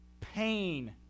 pain